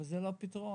אבל זה לא פתרון.